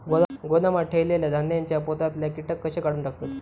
गोदामात ठेयलेल्या धान्यांच्या पोत्यातले कीटक कशे काढून टाकतत?